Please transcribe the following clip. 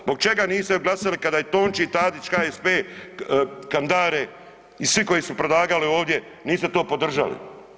Zbog čega niste glasali kada je Tonči Tadić, HSP, ... i svi koji su predlagali ovdje, niste to podržali?